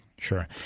Sure